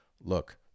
look